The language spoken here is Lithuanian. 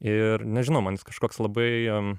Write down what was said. ir nežinau man jis kažkoks labai